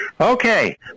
Okay